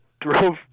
drove